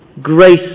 Grace